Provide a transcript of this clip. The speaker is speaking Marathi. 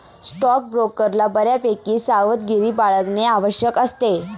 स्टॉकब्रोकरला बऱ्यापैकी सावधगिरी बाळगणे आवश्यक असते